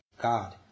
God